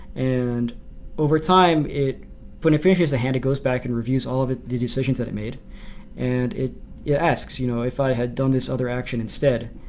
and over time it when it finishes the hand it goes back and reviews all of the decisions that it made and it yeah asks, you know if i had done this other action instead,